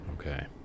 Okay